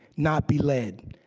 not be led.